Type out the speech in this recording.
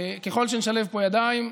ככל שנשלב פה ידיים,